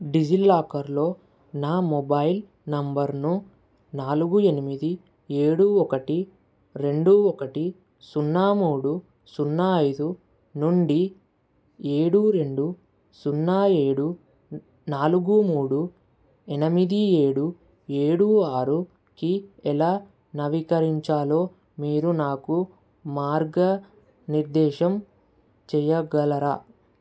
డిజిలాకర్లో నా మొబైల్ నంబర్ను నాలుగు ఎనిమిది ఏడు ఒకటి రెండు ఒకటి సున్నా మూడు సున్నా ఐదు నుండి ఏడు రెండు సున్నా ఏడు నాలుగు మూడు ఎనిమిది ఏడు ఏడు ఆరు కి ఎలా నవీకరించాలో మీరు నాకు మార్గ నిర్దేశం చెయ్యగలరా